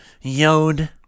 Yod